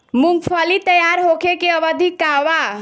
मूँगफली तैयार होखे के अवधि का वा?